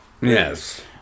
Yes